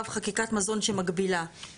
ולכן אנחנו דורשים שתהיה הפרה על הסעיף הזה.